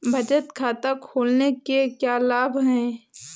बचत खाता खोलने के क्या लाभ हैं?